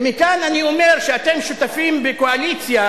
ומכאן אני אומר שאתם שותפים בקואליציה